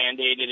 mandated